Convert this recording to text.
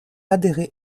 adhérer